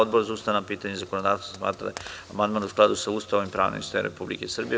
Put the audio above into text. Odbor za ustavna pitanja i zakonodavstvo smatra da je amandman sa ispravkama u skladu sa Ustavom i pravnim sistemom Republike Srbije.